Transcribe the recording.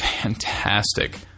fantastic